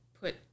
put